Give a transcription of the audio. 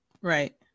Right